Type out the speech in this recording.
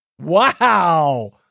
Wow